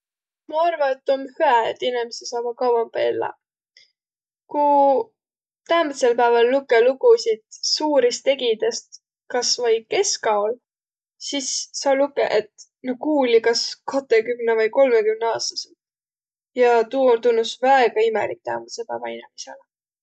Ma arva et, tuu om hüä, et inemiseq saavaq kavvampa elläq. Ku täämbädsel pääval lukõq lugusit suurist tegijidest kas vai keskaol, sis saa lukõq et na kuuliq kas katõkümne vai kolmõkümne aastadsõlt. Ja tuu tunnus väega imelik täämbädse päävä inemisele.